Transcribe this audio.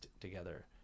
together